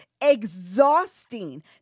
exhausting